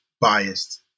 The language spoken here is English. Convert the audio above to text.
biased